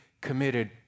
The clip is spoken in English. committed